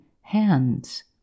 hands